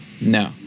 No